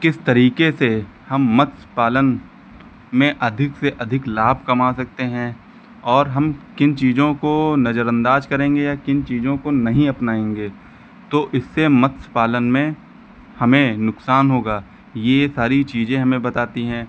किस तरीके से हम मत्स्य पालन में अधिक से अधिक लाभ कमा सकते हैं और हम किन चीज़ों को नज़र अंदाज करेंगे या किन चीज़ों को नहीं अपनाएँगे तो इससे मत्स्य पालन में हमें नुकसान होगा यह सारी चीज़ें हमें बताती हैं